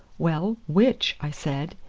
well, which? i said,